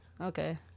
Okay